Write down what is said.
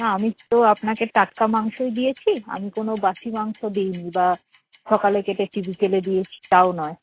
হ্যাঁ আমি তো আপনাকে টাটকা মাংসই দিয়েছি আমি কোনও বাসি মাংস দেই নি বা সকালে কেটেছি বিকেলে দিয়েছি তাও নয়